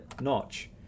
notch